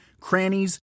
crannies